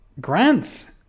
grants